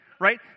right